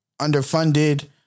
underfunded